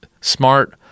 smart